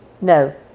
No